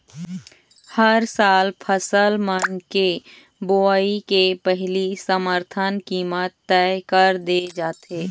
हर साल फसल मन के बोवई के पहिली समरथन कीमत तय कर दे जाथे